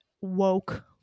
woke